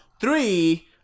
Three